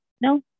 No